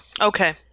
okay